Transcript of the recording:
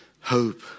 hope